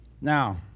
now